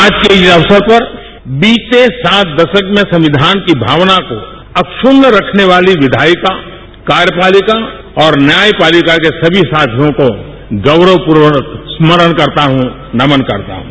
आज के इस अवसर पर बीते सात दशक में संक्विधान की भावना को अक्षण्य रखने वाली विधायिका कार्यपालिका और न्यायपालिका के सभी साथियों को गौरवपूर्वक स्मरण करता हूं नमन करता हूं